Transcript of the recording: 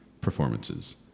performances